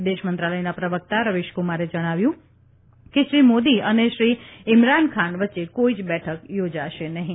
વિદેશમંત્રાલયના પ્રવકતા રવીશકુમારે જણાવ્યું કે શ્રી મોદી અને શ્રી ઇમરાનખાન વચ્ચે કોઇ જ બેઠક યોજાશે નહીં